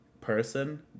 person